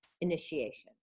initiation